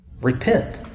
Repent